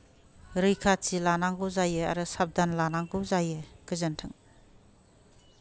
रैखाथि लानांगौ जायो आरो साबधान लानांगौ जायो गोजोन्थों